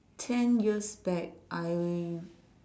ten years back I